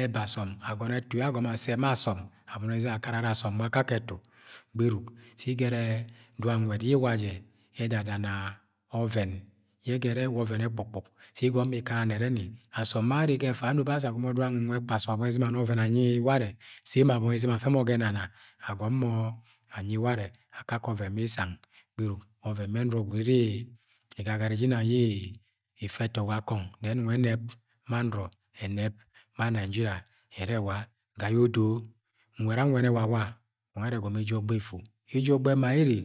ẹba asọne agọnọ ẹtu yẹ agọnọ asẹ ma asọm abọnọ izom akana asọm ga akakẹ ẹtu gbẹruk si igẹrẹ dọnuiẹd yẹ iuea jẹ ẹdada na ọvẹn yẹ ẹgẹrẹ ọvẹn ẹkpukpuk si igọmọ ikona nẹrẹ ni asọm bẹ are ga ẹfa anobo are sa agonro dọng anuiẹd kapsuk döng auuiẹd ana ọvẹn anyi warẹ sẹ, emo abọni izuu afẹ mo ga ẹnana agọmọ anyi ulanẹ akakẹ ovẹu mi isang, gberuk ula ọvẹu mẹ nurọ guued iri-ii je inang iri-ii-ifẹ ẹtọ ga kọng mẹ ẹnung ẹnẹb ma nurọ ẹnẹb ma Nigeria ẹrẹ ẹula ga yẹ odo nwẹd anuẹeni ẹula ulu ulang nueẹ ẹrẹ ẹgọmọ ele ogba efu eje ọgba ẹma ere